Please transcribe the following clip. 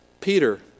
Peter